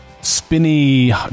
spinny